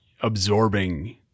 absorbing